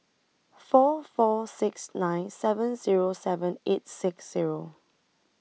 four four six nine seven Zero seven eight six Zero